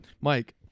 Mike